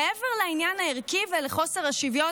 מעבר לעניין הערכי ולחוסר השוויון,